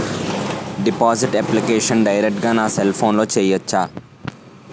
Deposit application direct గా నా cell ఫోన్లో చెయ్యచా?